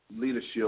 leadership